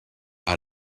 out